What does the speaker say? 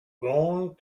going